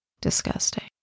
Disgusting